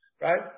Right